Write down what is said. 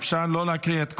אפשר לא להקריא את כולם.